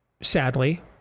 sadly